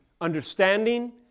understanding